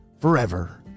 forever